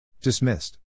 Dismissed